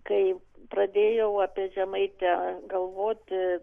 kai pradėjau apie žemaitę galvoti